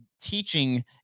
teaching